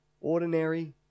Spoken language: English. Ordinary